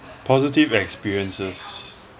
positive experiences